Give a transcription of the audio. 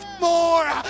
more